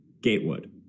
Gatewood